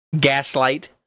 gaslight